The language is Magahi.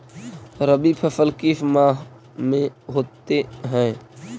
रवि फसल किस माह में होते हैं?